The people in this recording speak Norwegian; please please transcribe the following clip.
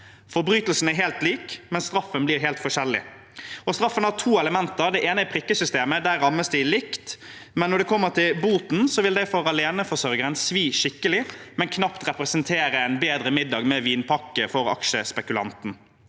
Forbrytelsen er helt lik, men straffen blir helt forskjellig. Straffen har to elementer. Det ene er prikksystemet, der rammes de likt. Når det gjelder boten, vil den svi skikkelig for aleneforsørgeren, men knapt representere en bedre middag med vinpakke for aksjespekulanten.